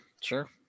Sure